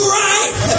right